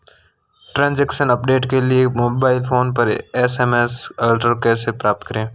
Transaction update के लिए mobile phone पर एस.एम.एस अलर्ट कैसे प्राप्त करें?